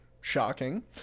Shocking